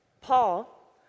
Paul